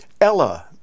Ella